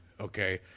okay